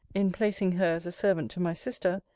in placing her as a servant to my sister,